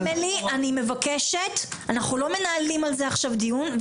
אמילי, אנחנו לא מנהלים על זה עכשיו דיון.